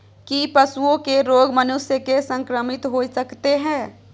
की पशुओं के रोग मनुष्य के संक्रमित होय सकते है?